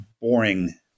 boring